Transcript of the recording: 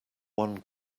one